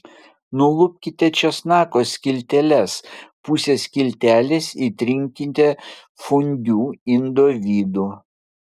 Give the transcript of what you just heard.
nulupkite česnako skilteles puse skiltelės įtrinkite fondiu indo vidų